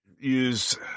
use